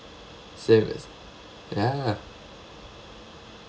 same as ya